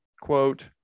quote